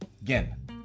Again